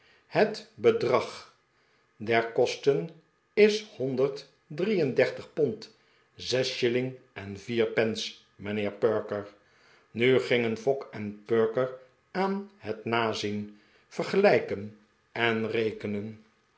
het bedrag der kosten is honderd drie en dertig pond zes shilling en vier pence mijnheer perker nu gingen fogg en perker aan het nazien vergelijken en rekenen